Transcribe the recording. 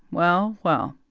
well, well,